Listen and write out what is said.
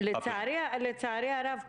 לצערי הרב,